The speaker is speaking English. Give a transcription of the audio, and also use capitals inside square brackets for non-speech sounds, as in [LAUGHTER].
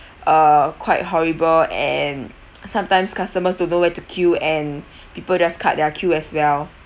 uh quite horrible and sometimes customers don't know where to queue and [BREATH] people just cut their queue as well